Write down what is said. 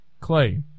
Clay